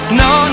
no